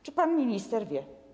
Czy pan minister wie?